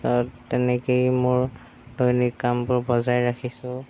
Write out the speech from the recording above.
আ তেনেকেই মোৰ দৈনিক কামবোৰ বজাই ৰাখিছোঁ